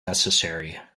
necessary